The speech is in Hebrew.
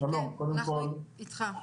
אנחנו איתך.